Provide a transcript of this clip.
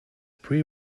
pre